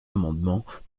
amendements